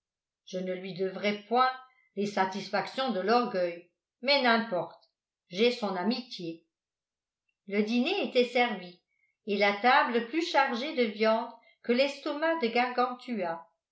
je ne lui devrai point les satisfactions de l'orgueil mais n'importe j'ai son amitié le dîner était servi et la table plus chargée de viandes que l'estomac de gargantua